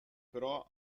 però